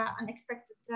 unexpected